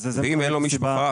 ואם אין לו משפחה?